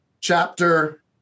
chapter